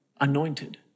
anointed